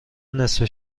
نصفه